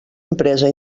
empresa